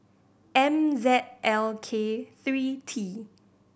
M Z L K three T